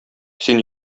син